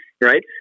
right